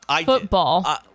football